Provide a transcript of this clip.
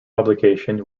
publication